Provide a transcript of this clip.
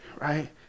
right